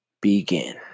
begin